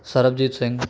Sarabjit Singh